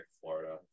Florida